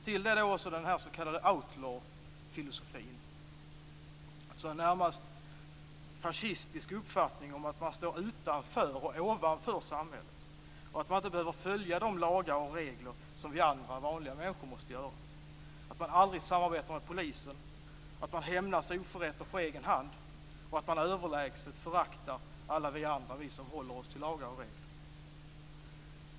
Till detta kommer den s.k. outlaw-filosofin, som är en närmast fascistisk uppfattning om att man står utanför och ovanför samhället och att man inte behöver följa de lagar och regler som vi andra vanliga människor måste göra. Man samarbetar aldrig med polisen, man hämnas oförrätter på egen hand och föraktar överlägset alla oss andra som håller oss till lagar och regler.